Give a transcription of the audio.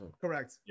Correct